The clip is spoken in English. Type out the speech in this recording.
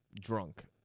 drunk